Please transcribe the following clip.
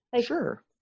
sure